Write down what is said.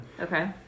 Okay